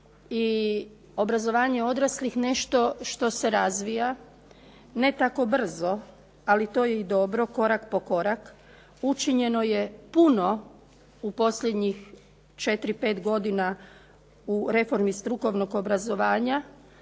i obrazovanje odraslih nešto što se razvija, ne tako brzo, ali to je i dobro, korak po korak. Učinjeno je puno u posljednjih 4, 5 godina u reformi strukovnog obrazovanja.